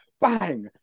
bang